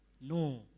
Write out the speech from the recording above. No